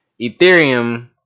Ethereum